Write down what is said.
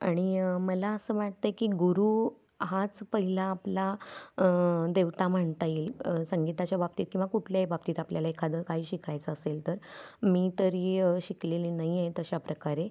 आणि मला असं वाटतं आहे की गुरू हाच पहिला आपला देवता म्हणता येईल संगीताच्या बाबतीत किंवा कुठल्याही बाबतीत आपल्याला एखादं काही शिकायचं असेल तर मी तरी शिकलेली नाही आहे तशा प्रकारे